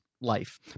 life